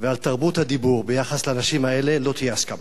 ועל תרבות הדיבור ביחס לאנשים האלה לא תהיה הסכמה.